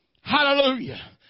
Hallelujah